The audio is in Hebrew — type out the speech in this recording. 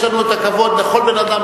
יש לנו כבוד לכל בן-אדם,